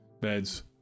beds